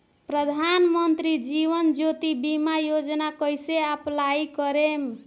प्रधानमंत्री जीवन ज्योति बीमा योजना कैसे अप्लाई करेम?